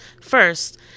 First